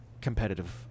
competitive